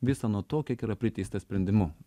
visą nuo to kiek yra priteista sprendimu